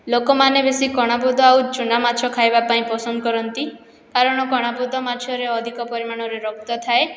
ଲୋକମାନେ ବେଶି କଣାପୁଦ ଆଉ ଚୁନାମାଛ ଖାଇବାପାଇଁ ପସନ୍ଦ କରନ୍ତି କାରଣ କଣାପୁଦ ମାଛରେ ଅଧିକ ପରିମାଣରେ ରକ୍ତ ଥାଏ